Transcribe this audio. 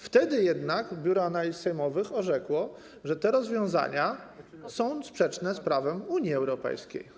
Wtedy jednak Biuro Analiz Sejmowych orzekło, że te rozwiązania są sprzeczne z prawem Unii Europejskiej.